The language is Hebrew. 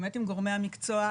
באמת עם גורמי המקצוע,